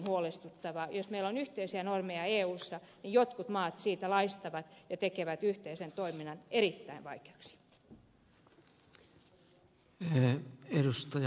jos meillä on yhteisiä normeja eussa niin jotkut maat siitä laistavat ja tekevät yhteisen toiminnan erittäin vaikeaksi